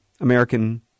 American